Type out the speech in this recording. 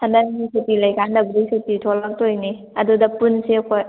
ꯍꯟꯗꯛꯃꯨꯛ ꯁꯨꯇꯤ ꯂꯩꯀꯥꯟꯗꯕꯨꯗꯤ ꯁꯨꯇꯤ ꯊꯣꯂꯛꯇꯣꯏꯅꯦ ꯑꯗꯨꯗ ꯄꯨꯟꯁꯦ ꯑꯩꯈꯣꯏ